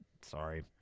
sorry